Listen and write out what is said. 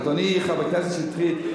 אדוני חבר הכנסת שטרית,